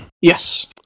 Yes